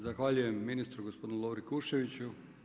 Zahvaljujem ministru, gospodinu Lovri Kuščeviću.